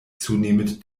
zunehmend